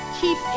keep